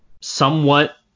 somewhat